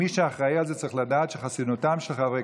מי שאחראי על זה צריך לדעת שחסינותם של חברי